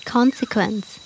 Consequence